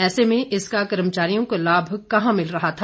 ऐसे में इसका कर्मचारियों को लाभ कहां मिल रहा था